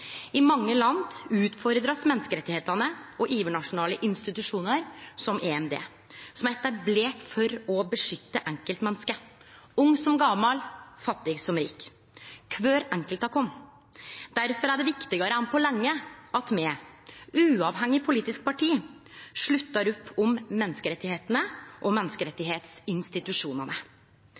I mange land blir menneskerettane og overnasjonale institusjonar som EMD, som er etablerte for å verne enkeltmenneske – ung som gamal, fattig som rik, kvar enkelt av oss – utfordra. Difor er det viktigare enn på lenge at me, uavhengig av politisk parti, sluttar opp om menneskerettane og